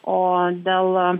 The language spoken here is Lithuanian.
o dėl